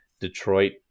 Detroit